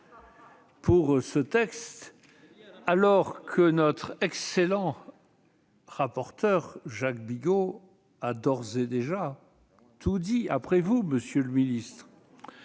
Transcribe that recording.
sur ce texte, alors que notre excellent rapporteur Jacques Bigot a d'ores et déjà tout dit, après vous, monsieur le garde